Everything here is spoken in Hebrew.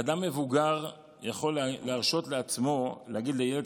אדם מבוגר יכול להרשות לעצמו להגיד לילד